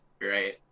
Right